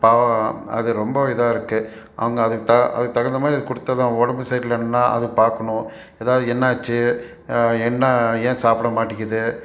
பாவம் அது ரொம்ப இதாயிருக்கு அவங்க அதுக்கு த அதுக்கு தகுந்தமாதிரி அதுக்கு கொடுத்தாதான் உடம்பு சரியில்லைன்னா அதை பார்க்குணும் ஏதாவது என்னாச்சு என்ன ஏன் சாப்பிட மாட்டேக்கிது